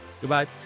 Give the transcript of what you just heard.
Goodbye